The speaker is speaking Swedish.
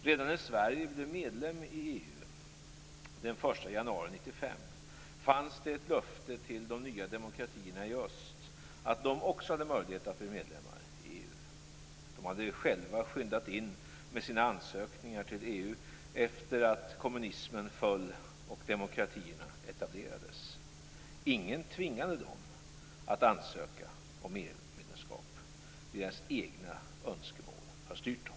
Redan när Sverige blev medlem i EU den 1 januari 1995 fanns ett löfte till de nya demokratierna i öst att de också hade möjlighet att bli medlemmar i EU. De hade själva skyndat in med sina ansökningar till EU efter det att kommunismen föll och demokratierna etablerades. Ingen tvingade dem att ansöka om EU-medlemskap. Deras egna önskemål har styrt dem.